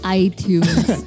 iTunes 。